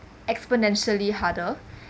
exponentially harder